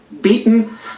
beaten